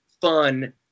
fun